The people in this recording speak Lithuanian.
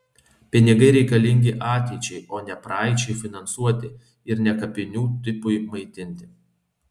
pinigai reikalingi ateičiai o ne praeičiai finansuoti ir ne kapinių tipui maitinti